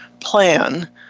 plan